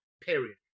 period